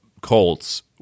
Colts